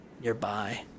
nearby